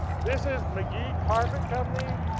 this is mcgee carpet company.